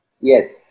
Yes